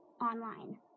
Online